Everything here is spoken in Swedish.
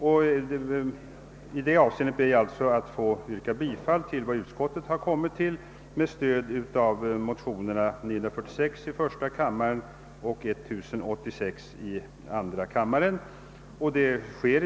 På denna punkt ber jag få yrka bifall till vad utskottet med utgångspunkt från motionerna I: 946 och II: 1086 har stannat för.